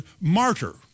martyr